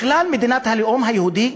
בכלל, מדינת הלאום היהודי.